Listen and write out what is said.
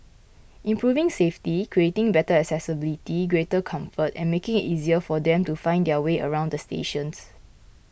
improving safety creating better accessibility greater comfort and making it easier for them to find their way around the stations